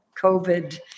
COVID